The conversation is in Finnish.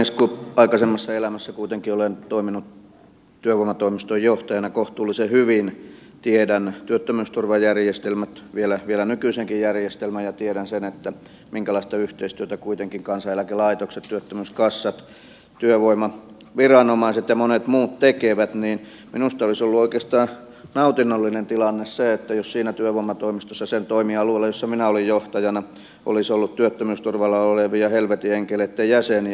kun aikaisemmassa elämässäni kuitenkin olen toiminut työvoimatoimiston johtajana kohtuullisen hyvin tiedän työttömyysturvajärjestelmät vielä nykyisenkin järjestelmän ja tiedän sen minkälaista yhteistyötä kuitenkin kansaneläkelaitos työttömyyskassat työvoimaviranomaiset ja monet muut tekevät niin minusta olisi ollut oikeastaan nautinnollinen tilanne se jos siinä työvoimatoimistossa sen toimialueella jossa minä olin johtajana olisi ollut työttömyysturvalla olevia helvetin enkeleitten jäseniä